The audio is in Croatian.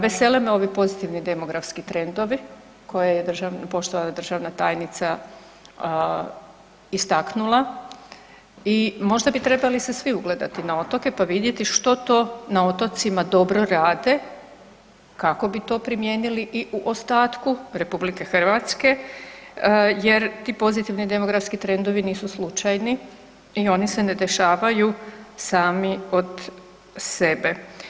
Vesele me ovi pozitivni demografski trendovi koje je poštovana državna tajnica istaknula i možda bi trebali se svi ugledati na otoke, pa vidjeti što to na otocima dobro rade kako bi to primijenili i u ostatku RH jer ti pozitivni demografski trendovi nisu slučajni i oni se ne dešavaju sami od sebe.